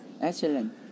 Excellent